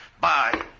Bye